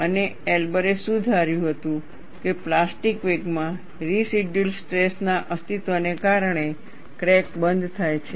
અને એલ્બરે શું ધાર્યું હતું કે પ્લાસ્ટિક વેકમાં રેસિડયૂઅલ સ્ટ્રેસ ના અસ્તિત્વને કારણે ક્રેક બંધ થાય છે